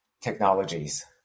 technologies